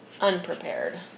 unprepared